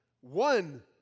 One